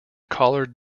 collared